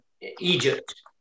Egypt